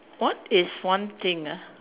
what is one thing ah